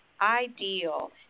ideal